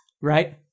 right